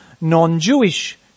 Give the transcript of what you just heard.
non-Jewish